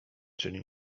czyli